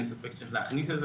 אין ספק שצריך להכניס את זה,